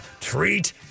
treat